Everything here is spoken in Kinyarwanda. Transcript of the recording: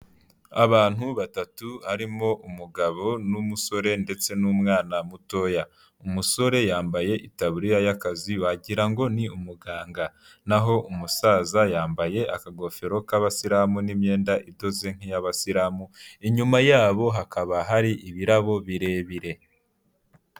Abantu batatu harimo umugabo n'umusore ndetse n'umwana mutoya, umusore yambaye itaburiya y'akazi wagira ngo ni umuganga n'aho umusaza yambaye akagofero k'Abasilamu n'imyenda idoze nk'iy'Abasilamu, inyuma yabo hakaba hari ibirabo birebire.